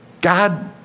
God